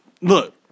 Look